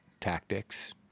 tactics